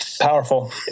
Powerful